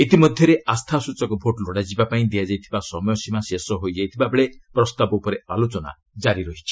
ଇତିମଧ୍ୟରେ ଆସ୍ଥାସଚକ ଭୋଟ୍ ଲୋଡ଼ାଯିବାପାଇଁ ଦିଆଯାଇଥିବା ସମୟସୀମା ଶେଷ ହୋଇଯାଇଥିବାବେଳେ ପ୍ରସ୍ତାବ ଉପରେ ଆଲୋଚନା ଜାରି ରହିଛି